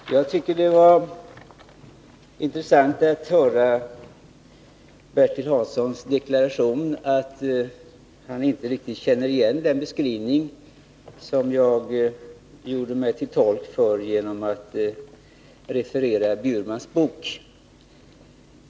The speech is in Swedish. Herr talman! Jag tycker att det var intressant att höra Bertil Hanssons deklaration att han inte riktigt kände igen den beskrivning som jag gjorde mig till tolk för genom att referera ur Eva Lis Bjurmans bok.